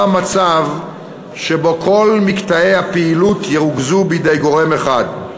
מצב שבו כל מקטעי הפעילות ירוכזו בידי גורם אחד.